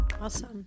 Awesome